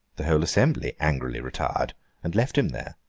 the whole assembly angrily retired and left him there.